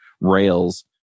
Rails